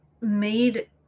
made